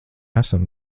esam